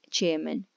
Chairman